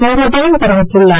செங்கோட்டையன் தெரிவித்துள்ளார்